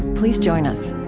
please join us